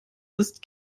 ist